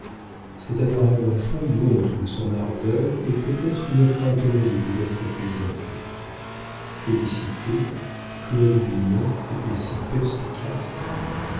cet adorable enfant eut honte de son ardeur et peut-être une crainte horrible d'être plaisanté félicité claude vignon étaient si perspicaces